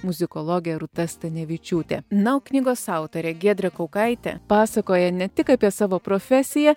muzikologė rūta stanevičiūtė na o knygos autorė giedrė kaukaitė pasakoja ne tik apie savo profesiją